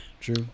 True